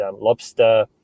lobster